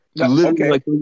Okay